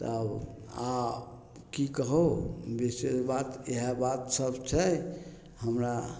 तऽ आब की कहू विशेष बात इएह बात सब छै हमरा